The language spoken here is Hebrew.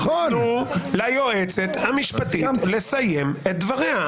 תנו ליועצת המשפטית לסיים את דבריה.